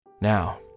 now